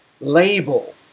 Label